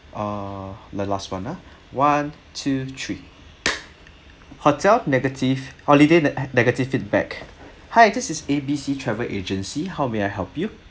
ah the last [one] ah one two three hotel negative holiday negative feedback hi this is A B C travel agency how may I help you